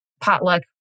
potluck